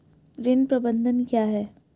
ऋण प्रबंधन क्या है?